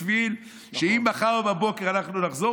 בשביל שאם מחר בבוקר אנחנו נחזור,